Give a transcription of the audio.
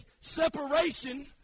separation